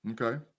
Okay